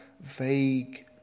vague